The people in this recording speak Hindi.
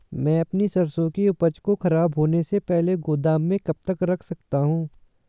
मैं अपनी सरसों की उपज को खराब होने से पहले गोदाम में कब तक रख सकता हूँ?